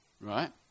Right